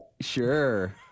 Sure